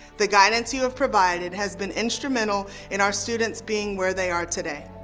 the guidance you have provided has been instrumental in our students being where they are today.